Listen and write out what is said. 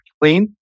clean